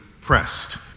pressed